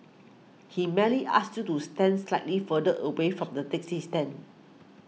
he merely asked you to stand slightly further away from the taxi stand